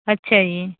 ਅੱਛਾ ਜੀ